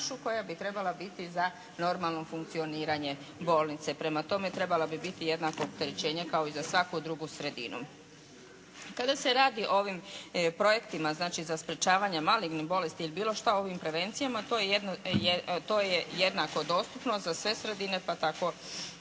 koja bi trebala biti za normalno funkcioniranje bolnice. Prema tome, trebalo bi biti jednako opterećenje kao i za svaku drugu sredinu. Kada se radi o ovim projektima znači za sprječavanje malignih bolesti ili bilo šta ovim prevencijama to je jednako dostupno za sve sredine pa tako